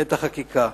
את החקיקה.